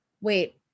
wait